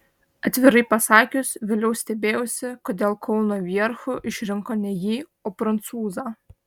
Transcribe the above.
atvirai pasakius vėliau stebėjausi kodėl kauno vierchu išrinko ne jį o prancūzą